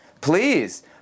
please